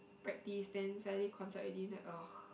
practice then Saturday concert already then